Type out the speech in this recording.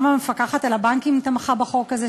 גם המפקחת על הבנקים תמכה בחוק הזה,